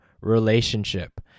relationship